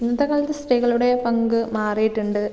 ഇന്നത്തെ കാലത്ത് സ്ത്രീകളുടെ പങ്ക് മാറിയിട്ടുണ്ട്